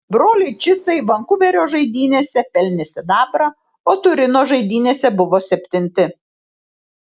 broliai šicai vankuverio žaidynėse pelnė sidabrą o turino žaidynėse buvo septinti